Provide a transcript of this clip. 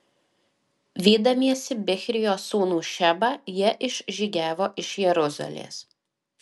vydamiesi bichrio sūnų šebą jie išžygiavo iš jeruzalės